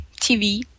TV